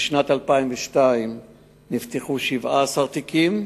בשנת 2002 נפתחו 17 תיקים,